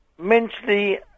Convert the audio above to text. mentally